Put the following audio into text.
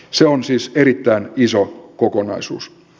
se on siis erittäin iso kokonaisuus